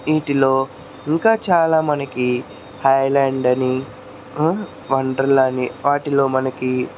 వీటిలో ఇంకా చాలా మనకి హైల్యాండ్ అని వండర్లా అని వాటిలో మనకి